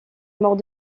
mort